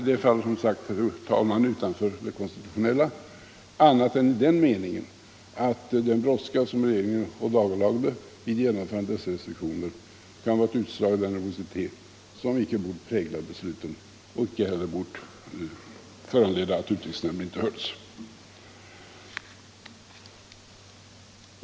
Detta faller som sagt inte innanför det konstitutionella annat än i den meningen att den brådska som regeringen ådagalade vid genomförandet av dessa restriktioner kan vara ett utslag av den nervositet som inte bort prägla beslutet och inte heller bort föranleda att utrikesnämnden inte hördes.